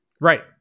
Right